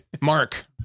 Mark